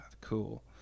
cool